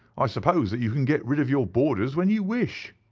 i suppose that you can get rid of your boarders when you wish